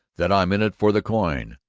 that i'm in it for the coin.